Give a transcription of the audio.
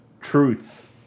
truths